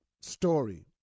story